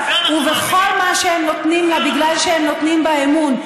ובכל מה שהם נותנים לה בגלל שהם נותנים בה אמון,